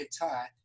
tie